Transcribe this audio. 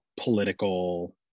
political